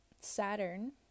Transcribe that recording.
Saturn